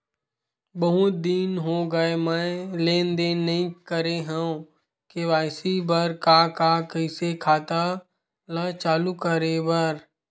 बहुत दिन हो गए मैं लेनदेन नई करे हाव के.वाई.सी बर का का कइसे खाता ला चालू करेबर?